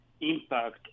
impact